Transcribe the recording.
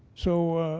so